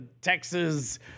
Texas